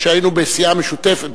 כשהיינו בסיעה משותפת,